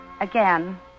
again